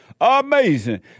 Amazing